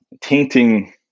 tainting